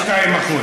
בשנה הזאת?